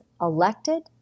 elected